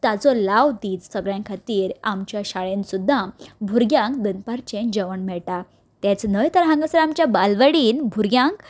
ताचो लाव दीत सगल्यां खातीर शाळेन सुद्दां भुरग्यांक दनपारचें जेवण मेळटा तेंच न्हय तर हांगासर आमच्या बालवाडीन भुरग्यांक